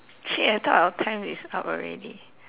shit I thought our time is up already